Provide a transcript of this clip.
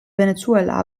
venezuela